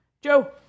Joe